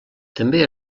també